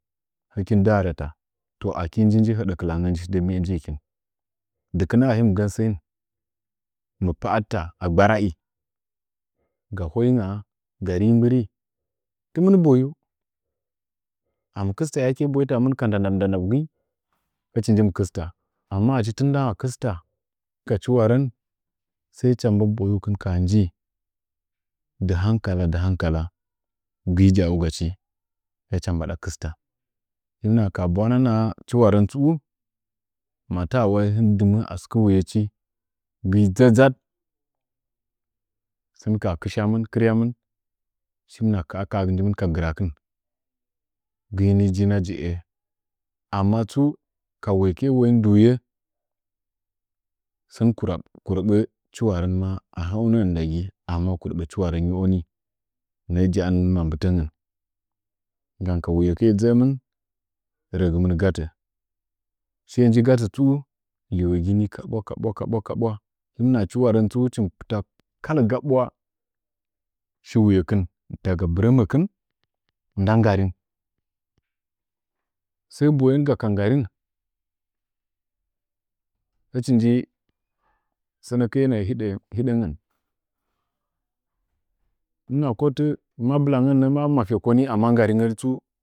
Hakinda rata to akini nji həɗə kɨlangə dəmiye njiikin, dɨkɨrə ayim gam sən mɨ pa’atta a gbarai ga hingaa ga ri moɨri timin boyu, ami kista yaum shi botamɨn ka ndandandaɓgɨ, hichi nji mɨ kɨsta amma atɨmɨna kɨsta, ka chiwərən sai cha nggɨmə boyukin kaha nji, dɨhaukala dɨ hankala gɨi jaaugachi hɨcha mbada kɨsta nɨngaa ka ha bwaana naha chiwarən tsu mata wai hin mɨ dɨməə a sɨkə wuyechi nəə dʒadʒad, sən kaha kɨshamɨn, hɨmɨna kəa kaha njimin ka girakin, gɨi ni jina je’əə amma tsu. Ka waoikne woyin dɨwuye sən kurəɓə chiwarən maa ahə’əunəngən ndagɨ amma chwarə nggɨngyioni nəə jaan nə ma mbɨtəngən, gam ka wuye kɨe dʒə’əmɨn rəgɨmɨn gatə, shiye aji gatə tsu lənogin kaɓwakaɓwa, him naha diwarən tsu hɨchin pɨta kala ga bwa shiwuyakin, daga bɨrəməkin nda nggarin, sə boyenga ka nggarin hichi nyo sənəkie nəə hɨdəngən, him nəhə ko ti mabilangənnəma ma feko ni amma nganigən tsu ka gwangngguangyin.